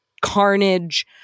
carnage